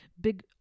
big